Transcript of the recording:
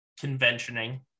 conventioning